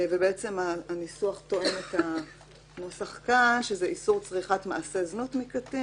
בעצם הניסוח תואם את הנוסח כאן: "איסור צריכת מעשה זנות מקטין.